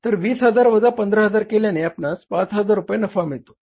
तर 20000 वजा 15000 केल्याने आपणास 5000 रुपये नफा मिळतो